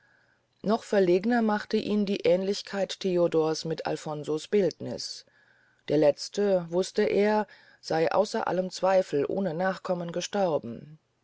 noch verlegner machte ihn die aehnlichkeit theodors mit alfonso's bildniß der letzte wußte er sey außer allem zweifel ohne nachkommen gestorben